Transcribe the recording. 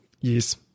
Yes